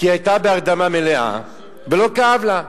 כי היא היתה בהרדמה מלאה ולא כאב לה,